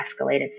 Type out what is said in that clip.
escalated